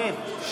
שב.